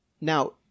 now